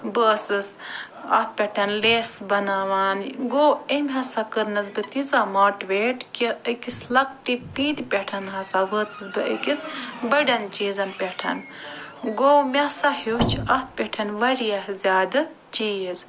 بہٕ ٲسٕس اکھ پٮ۪ٹھ لٮ۪سہٕ بناوان گوٚو أمۍ ہَسا کٔرنس بہٕ تیٖژاہ ماٹِویٹ کہِ أکِس لۅکٹہِ پیٖنٛتہِ پٮ۪ٹھ ہَسا وٲژٕس بہٕ أکِس بَڈٮ۪ن چیٖزن پٮ۪ٹھ گوٚو مےٚ سا ہیوٚچھ اتھ پٮ۪ٹھ وارِیاہ زیادٕ چیٖز